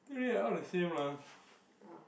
really ah all the same lah